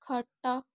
ଖଟ